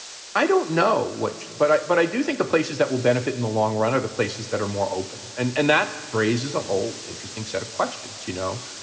i don't know which, but i but i do think the places that will benefit in the long run are the places that are more open. and and that raises a whole interesting set of questions. you know,